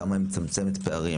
כמה היא מצמצמת פערים,